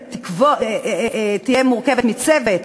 שתהיה מורכבת מצוות,